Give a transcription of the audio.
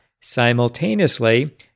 simultaneously